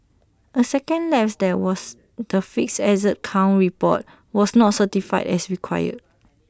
A second lapse that was the fixed asset count report was not certified as required